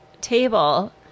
table